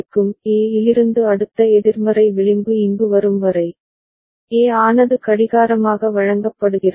A இலிருந்து அடுத்த எதிர்மறை விளிம்பு இங்கு வரும் வரை A ஆனது கடிகாரமாக வழங்கப்படுகிறது